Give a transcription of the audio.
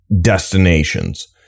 destinations